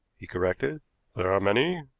he corrected there are many.